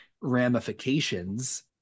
ramifications